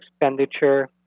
expenditure